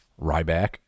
Ryback